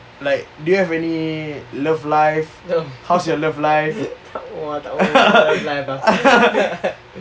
like do you have any love life how's your love life